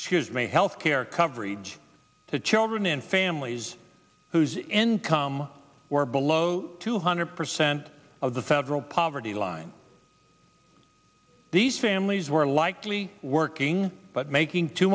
shares may health care coverage to children and families whose income were below two hundred percent of the federal poverty line these families were likely working but making too